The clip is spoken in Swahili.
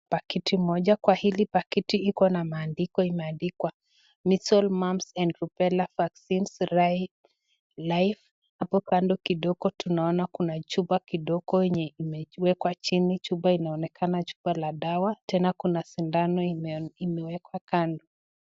pakiti moja. Kwa hili pakiti iko na maandiko imeandikwa measles, mumps and rubella vaccine live . Hapo kando kidogo tunaona kuna chupa kidogo yenye imewekwa chini, chupa inaonekana chupa la dawa. Tena kuna sindano imewekwa kando.